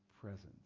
presence